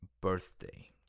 birthday